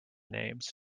names